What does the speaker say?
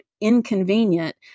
inconvenient